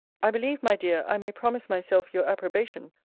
i believe, my dear, i may promise myself your approbation,